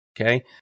Okay